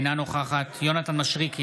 אינה נוכחת יונתן מישרקי,